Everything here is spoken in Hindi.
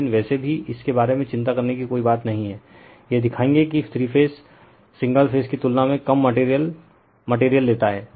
लेकिन वैसे भी इसके बारे में चिंता करने की कोई बात नहीं है यह दिखाएँगे कि थ्री फेज सिंगल फेज की तुलना में कम मटेरियल मटेरियल लेता है